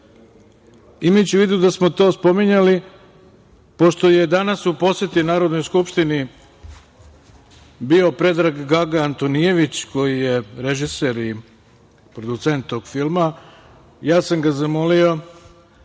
u vidu da smo to spominjali, pošto je danas u poseti Narodnoj skupštini bio Predrag Gaga Antonijević koji je režiser i producent tog filma, ja sam ga zamolio da